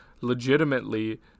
legitimately